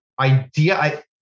idea